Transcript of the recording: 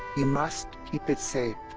you must keep it safe.